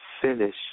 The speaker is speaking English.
Finish